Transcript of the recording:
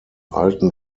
alten